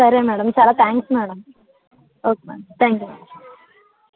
సరే మేడం చాలా thanks madam okay ma'am thank you ma'am